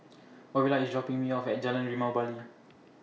Orilla IS dropping Me off At Jalan Limau Bali